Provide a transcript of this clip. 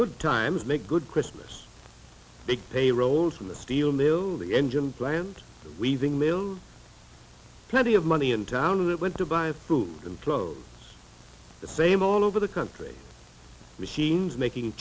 good times make good christmas make payrolls from the steel mill the engine plant weaving mills plenty of money in town that went to buy food and drove the same all over the country machines making